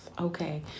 okay